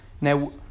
now